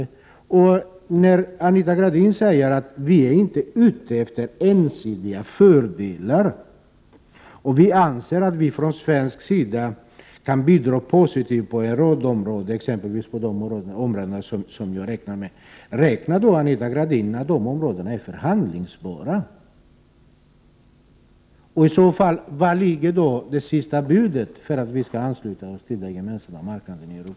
När Anita Gradin säger att vi från svensk sida inte är ute efter ensidiga fördelar och att vi kan bidra positivt på en rad områden, exempelvis de som jag nämnde, räknar hon då med att de områdena är förhandlingsbara? Var ligger i så fall det sista budet för att vi skall ansluta oss till den gemensamma marknaden i Europa?